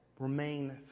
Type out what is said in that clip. Remain